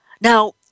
Now